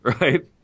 Right